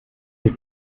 sich